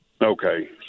Okay